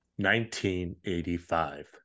1985